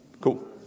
Cool